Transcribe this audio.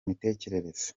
mitekerereze